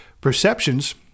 perceptions